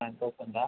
nine തൗസൻറ്റാ